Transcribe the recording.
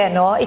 no